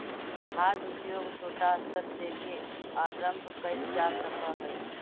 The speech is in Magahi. खाद्य उद्योग छोटा स्तर से भी आरंभ कैल जा सक हइ